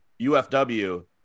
UFW